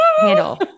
handle